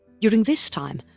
during this time,